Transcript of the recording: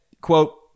Quote